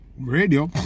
Radio